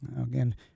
Again